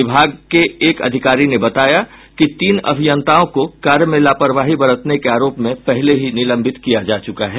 विभाग के एक अधिकारी ने बताया कि तीन अभियंताओं को कार्य में लापरवाही बरतने के आरोप में पहले ही निलंबित किया जा चुका है